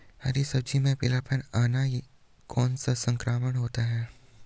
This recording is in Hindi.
हरी सब्जी में पीलापन आना कौन सा संक्रमण होता है?